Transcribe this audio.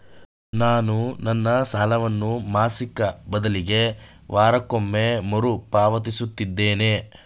ನಾನು ನನ್ನ ಸಾಲವನ್ನು ಮಾಸಿಕ ಬದಲಿಗೆ ವಾರಕ್ಕೊಮ್ಮೆ ಮರುಪಾವತಿಸುತ್ತಿದ್ದೇನೆ